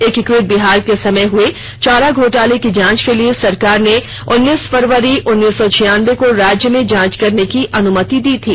एकीकृत बिहार के समय में हुए चारा घोटाले के जांच के लिए सरकार ने उन्नीस फरवरी उन्नीस सौ छियानबे को राज्य में जांच करने की अनुमति दी थी